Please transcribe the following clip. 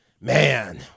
Man